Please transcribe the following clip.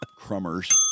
Crummers